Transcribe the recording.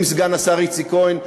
עם סגן השר איציק כהן,